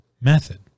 Method